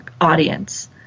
audience